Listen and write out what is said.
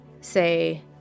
say